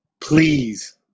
please